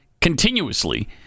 continuously